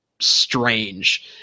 strange